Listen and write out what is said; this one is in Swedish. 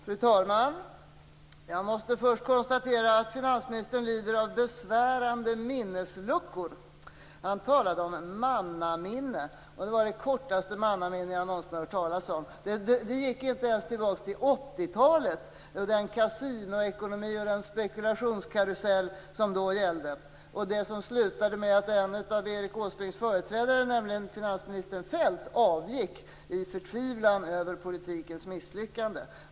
Fru talman! Jag måste först konstatera att finansministern lider av besvärande minnesluckor. Han talade om mannaminne, och det var det kortaste mannaminne jag någonsin har hört talas om! Det gick inte ens tillbaka till 1980-talet och den kasinoekonomi och spekulationskarusell som då fanns. Det slutade ju med att en av Erik Åsbrinks företrädare, nämligen finansminister Feldt, avgick i förtvivlan över politikens misslyckande.